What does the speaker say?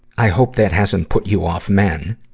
i hope that hasn't put you off men.